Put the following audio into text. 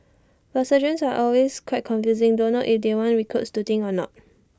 but sergeants are also quite confusing don't know if they want recruits to think or not